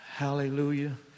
Hallelujah